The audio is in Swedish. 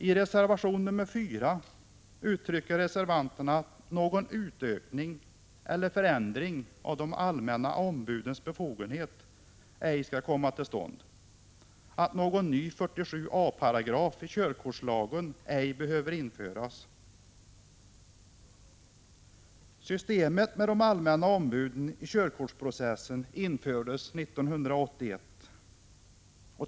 I reservation nr 4 uttrycker reservanterna att någon utökning eller förändring av de allmänna ombudens befogenhet ej skall komma till stånd — att någon ny 47 a § i körkortslagen ej behöver införas. Systemet med allmänna ombud i körkortsprocessen infördes 1981.